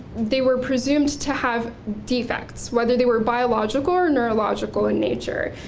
they were presumed to have defects, whether they were biological or neurological in nature.